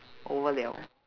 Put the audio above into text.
over liao